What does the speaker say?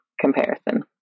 comparison